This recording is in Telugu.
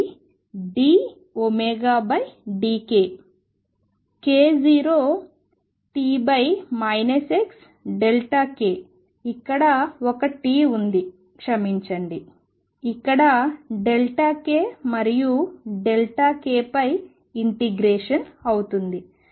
eidωdk| k0 t xk ఇక్కడ ఒక t ఉంది క్షమించండి ఇక్కడ k మరియు k పై ఇంటిగ్రేషన్ అవుతుంది